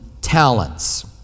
talents